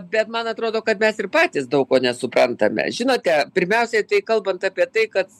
bet man atrodo kad mes ir patys daug ko nesuprantame žinote pirmiausiai tai kalbant apie tai kad